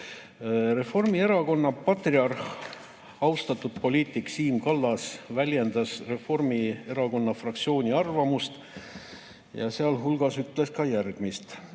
Reformierakonna patriarh, austatud poliitik Siim Kallas väljendas Reformierakonna fraktsiooni arvamust ja sealhulgas ütles järgmist: